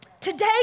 Today